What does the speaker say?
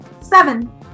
Seven